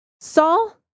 Saul